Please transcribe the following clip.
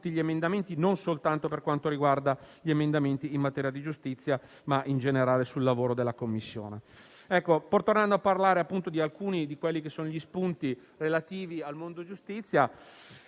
Grazie a tutti